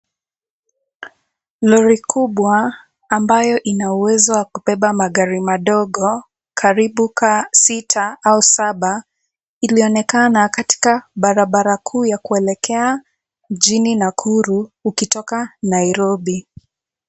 Lori kubwa ambayo ina uwezo wa kubeba magari madogo karibu ka sita au saba ilionekana katika barabara kuu ya kuelekea mjini Nakuru ukitoka Nairobi.